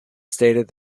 stated